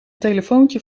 telefoontje